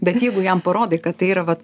bet jeigu jam parodai kad tai yra vat